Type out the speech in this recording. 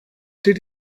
did